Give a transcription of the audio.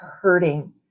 hurting